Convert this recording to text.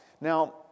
Now